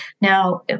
Now